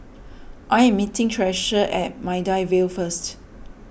I am meeting Treasure at Maida Vale first